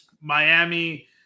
Miami